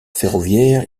ferroviaire